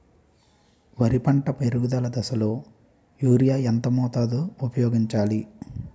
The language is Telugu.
వరి పంట పెరుగుదల దశలో యూరియా ఎంత మోతాదు ఊపయోగించాలి?